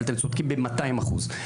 אבל אתם צודקים במאתיים אחוז.